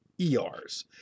ERs